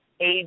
age